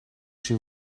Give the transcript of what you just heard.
chez